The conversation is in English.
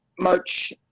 March